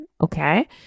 okay